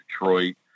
Detroit